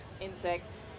insects